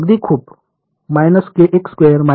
अगदी खूप